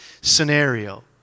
scenario